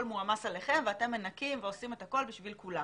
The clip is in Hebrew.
מועמס עליכם ואתם מנקים ועושים את הכול בשביל כולם,